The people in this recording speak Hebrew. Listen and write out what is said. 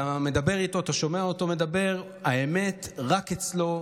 אתה מדבר איתו, אתה שומע אותו מדבר, האמת רק אצלו.